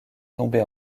tombé